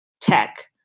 tech